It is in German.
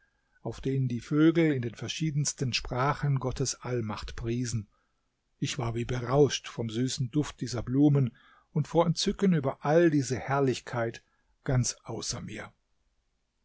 auf denen die vögel in den verschiedensten sprachen gottes allmacht priesen ich war wie berauscht vom süßen duft dieser blumen und vor entzücken über all diese herrlichkeit ganz außer mir